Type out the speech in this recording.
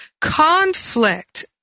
Conflict